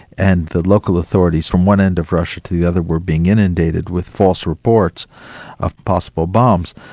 and the local authorities from one end of russia to the other were being inundated with false reports of possible bombs,